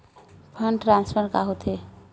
Fund transfer का होथे?